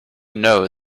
know